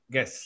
Yes